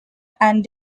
and